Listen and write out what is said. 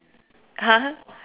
!huh!